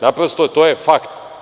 Naprosto, to je fakt.